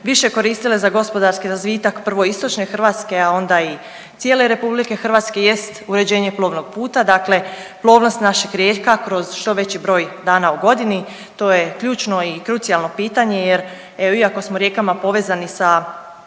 više koristile za gospodarski razvitak, prvo istočne Hrvatske, a onda i cijele RH jest uređenje plovnog puta, dakle plovnost naših rijeka kroz što veći broj dana u godini, to je ključno i krucijalno pitanje jer, evo, iako smo rijekama povezani sa